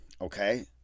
okay